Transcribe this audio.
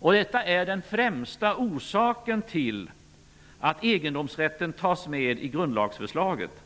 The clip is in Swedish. Detta är den främsta orsaken till att egendomsrätten tas med i grundlagsförslaget.